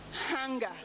hunger